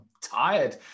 tired